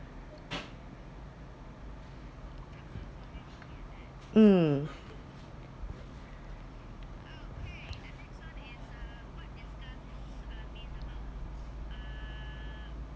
um